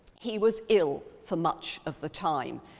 he was ill for much of the time.